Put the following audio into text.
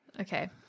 Okay